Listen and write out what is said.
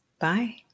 Bye